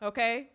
Okay